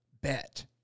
Bet